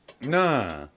Nah